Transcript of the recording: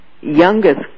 youngest